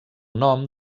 nom